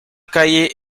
calle